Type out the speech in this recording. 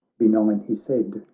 benign he said,